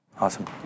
Awesome